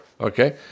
Okay